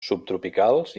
subtropicals